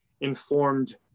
informed